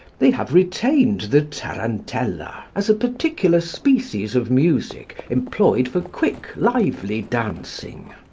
they have retained the tarantella, as a particular species of music employed for quick, lively dancing.